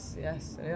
yes